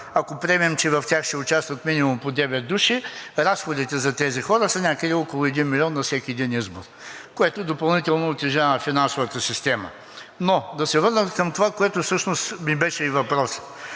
Ако приемем, че в тях ще участват минимум по девет души, разходите за тези хора са някъде около един милион на всеки един избор, което допълнително утежнява финансовата система. Да се върна обаче към това, което всъщност ми беше и въпросът.